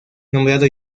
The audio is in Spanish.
nombrado